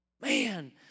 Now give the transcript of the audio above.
Man